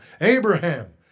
Abraham